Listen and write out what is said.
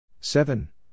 Seven